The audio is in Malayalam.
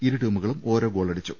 ഇരുടീമുകളും ഓരോ ഗോളടിച്ചു